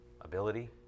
ability